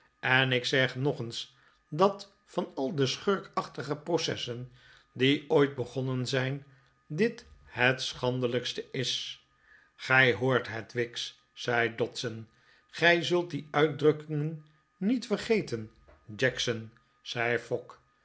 en ik zeg nog eens dat van al de schurkachtige processen die ooit begonnen zijn dit het schandelijkste is gij hoort het wicks zei dodson gij zult die uitdrukkinge'n niet vergeten jackson zei